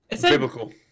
Biblical